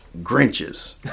Grinches